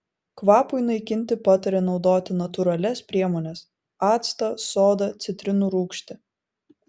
kvapui naikinti patarė naudoti natūralias priemones actą sodą citrinų rūgštį